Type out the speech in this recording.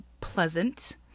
pleasant